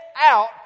out